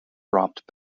dropped